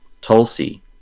Tulsi